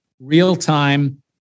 real-time